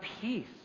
peace